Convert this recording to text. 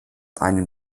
einen